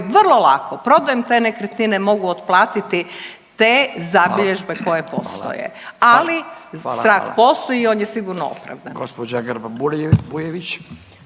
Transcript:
vrlo lako, problem te nekretnine mogu otplatiti te zabilježbe koje postoje. Ali strah postoji i on je sigurno opravdan.